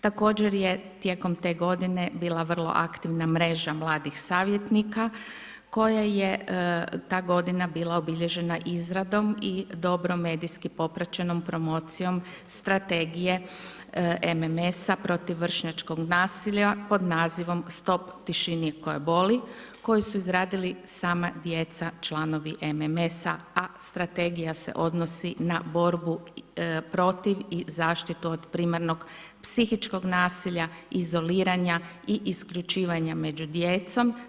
Također je tijekom te godine, bila aktivna mreža mladih savjetnika, koja je ta godina bila obilježena izradom i dobro medijski popraćeno promocijom strategija MMS-a protiv vršnjačkog nasilja, pod nazivom „Stop tišini koja boli“ koji su izradili sama djeca članovi MMS-a a strategija se odnosi na borbu protiv i zaštitu od primarnog psihičkog nasilja, izoliranja i isključivanja među djecom.